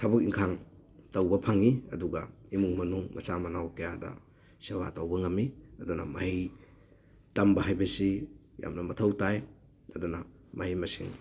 ꯊꯕꯛ ꯏꯪꯈꯥꯡ ꯇꯧꯕ ꯐꯪꯉꯤ ꯑꯗꯨꯒ ꯏꯃꯨꯡ ꯃꯅꯨꯡ ꯃꯆꯥ ꯃꯅꯥꯎ ꯀꯌꯥꯗ ꯁꯦꯕꯥ ꯇꯧꯕ ꯉꯝꯃꯤ ꯑꯗꯨꯅ ꯃꯍꯩ ꯇꯝꯕ ꯍꯥꯏꯕꯁꯤ ꯌꯥꯝꯅ ꯃꯊꯧ ꯇꯥꯏ ꯑꯗꯨꯅ ꯃꯍꯩ ꯃꯁꯤꯡ